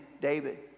David